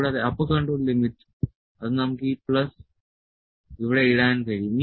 കൂടാതെ upper control limit അത് നമുക്ക് ഈ പ്ലസ് ഇവിടെ ഇടാൻ കഴിയും